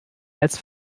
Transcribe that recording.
als